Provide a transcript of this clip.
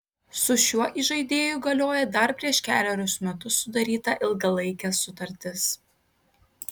su šiuo įžaidėju galioja dar prieš kelerius metus sudaryta ilgalaikė sutartis